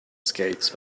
skates